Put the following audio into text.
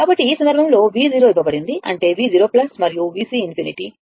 కాబట్టి ఈ సందర్భంలో V ఇవ్వబడింది అంటే V 0 మరియు VC ∞